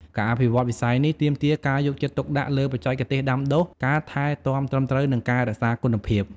ការអភិវឌ្ឍន៍វិស័យនេះ ទាមទារការយកចិត្តទុកដាក់លើបច្ចេកទេសដាំដុះ ការថែទាំត្រឹមត្រូវ និងការរក្សាគុណភាព។